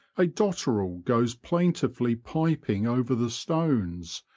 a dotterel goes plaintivel-y piping over the stones,